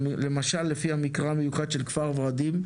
למשל לפי המקרה המיוחד של כפר ורדים,